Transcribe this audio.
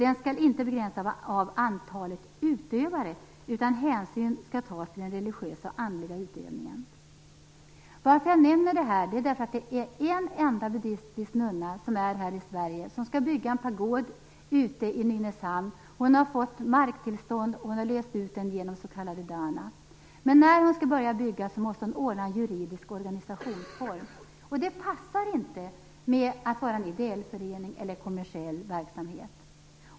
Den skall inte begränsas av antalet utövare, utan hänsyn skall tas till den religiösa och andliga utövningen. Jag nämner detta därför att en buddistisk nunna som finns här i Sverige skall bygga en pagod i Nynäshamn. Hon har fått marktillstånd och har löst ut det genom s.k. dana. När hon skall börja bygga måste hon ordna en juridisk organisationsform. Det passar inte med en ideell förening eller kommersiell verksamhet.